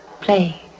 Play